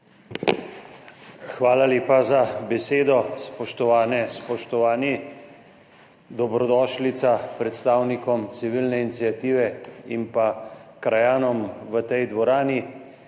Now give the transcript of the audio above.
Hvala lepa za besedo. Spoštovane, spoštovani, dobrodošlica predstavnikom civilne iniciative in krajanom v tej dvorani,